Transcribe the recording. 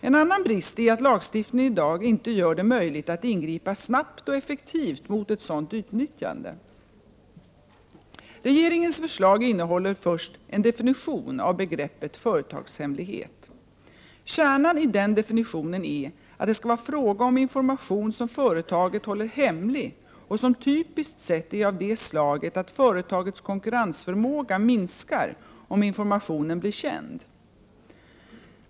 En annan brist är att lagstiftningen i dag inte gör det möjligt att ingripa snabbt och effektivt mot ett sådant utnyttjande. Regeringens förslag innehåller först en definition av begreppet företagshemlighet. Kärnan i den definitionen är att det skall vara fråga om information som företaget håller hemlig och som typiskt sett är av det slaget att företagets konkurrensförmåga minskar om informationen blir känd.